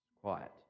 quiet